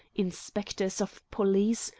inspectors of police,